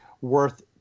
worth